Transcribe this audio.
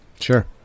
Sure